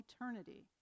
eternity